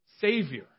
Savior